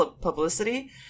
publicity